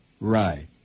Right